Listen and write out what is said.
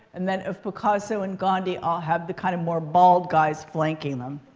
and then, of picasso and gandhi, i'll have the kind of more bald guys flanking them.